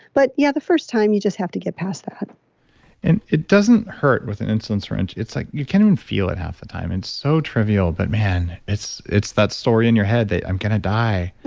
but yeah, the first time you just have to get past that and it doesn't hurt with an insulin syringe. it's like you can't even feel it half the time. it's so trivial but man, it's it's that story in your head that i'm going to die